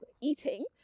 eating